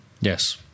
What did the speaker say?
Yes